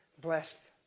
blessed